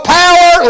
power